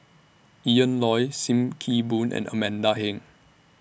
Ian Loy SIM Kee Boon and Amanda Heng